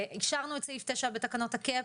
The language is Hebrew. השארנו את סעיף 9 בתקנות ה-Cap,